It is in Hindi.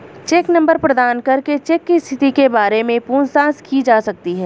चेक नंबर प्रदान करके चेक की स्थिति के बारे में पूछताछ की जा सकती है